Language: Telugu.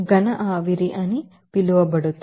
సాలిడ్ వాపోర్ అని పిలువబడుతుంది